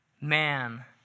man